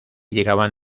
llegaban